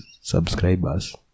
subscribers